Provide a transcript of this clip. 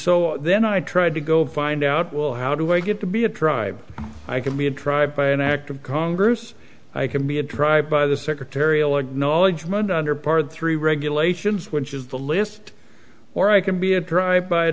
so then i tried to go find out well how do i get to be a tribe i can be a tribe by an act of congress i can be a drive by the secretarial knowledge learned under par three regulations which is the list or i can be a drive by a